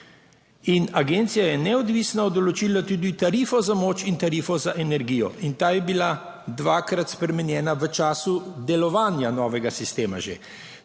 In agencija je neodvisno določila tudi tarifo za moč in tarifo za energijo, in ta je bila že dvakrat spremenjena v času delovanja novega sistema.